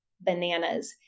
bananas